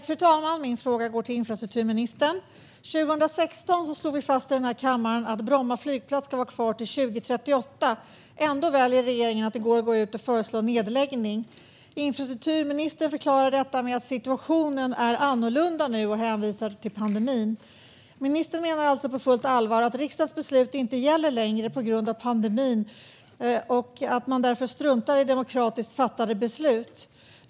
Fru talman! Min fråga går till infrastrukturministern. År 2016 slog vi fast i den här kammaren att Bromma flygplats ska vara kvar till 2038. Ändå väljer regeringen att i går gå ut och föreslå en nedläggning. Infrastrukturministern förklarar detta med att situationen är annorlunda nu och hänvisar till pandemin. Ministern menar alltså på fullt allvar att riksdagens beslut inte gäller längre på grund av pandemin och att man därför struntar i demokratiskt fattade beslut.